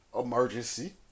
emergency